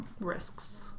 risks